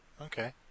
okay